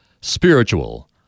Spiritual